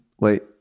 Wait